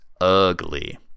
ugly